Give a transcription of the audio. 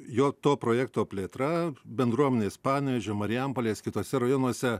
jo to projekto plėtra bendruomenės panevėžio marijampolės kituose rajonuose